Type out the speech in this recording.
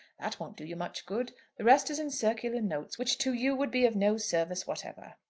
that won't do you much good. the rest is in circular notes, which to you would be of no service whatever.